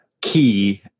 key